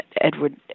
Edward